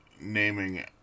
naming